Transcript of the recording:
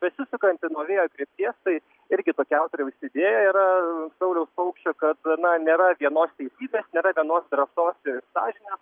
besisukanti nuo vėjo krypties tai irgi tokia autoriaus idėja yra sauliaus paukščio kad na nėra vienos teisybės nėra vienos drąsos ir sąžinės